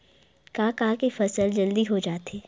का का के फसल जल्दी हो जाथे?